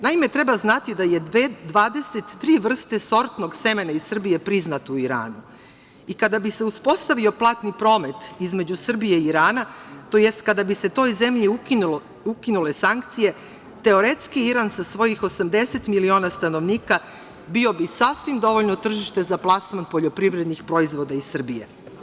Naime, treba znati da je 23 vrste sortnog semena iz Srbije priznat u Iranu i kada bi se uspostavio platni promet između Srbije i Irana, to jest kada bi se toj zemlji ukinule sankcije, teoretski, Iran sa svojih 80 miliona stanovnika bio bi sasvim dovoljno tržište za plasman poljoprivrednih proizvoda iz Srbije.